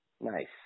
Nice